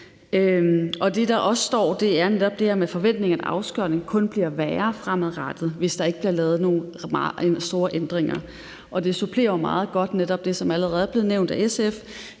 Det, der også står, er netop det her med forventningen, at afskovning kun bliver værre fremadrettet, hvis der ikke bliver lavet nogle store ændringer. Det supplerer meget godt det, som allerede er blevet nævnt af SF,